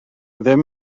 ddim